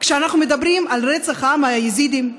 כשאנחנו מדברים על רצח העם היזידי,